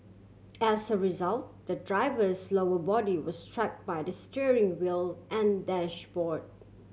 as a result the driver's lower body was trap by the steering wheel and dashboard